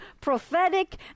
prophetic